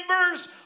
members